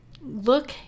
Look